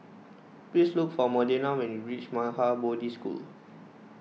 please look for Modena when you reach Maha Bodhi School